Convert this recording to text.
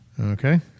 Okay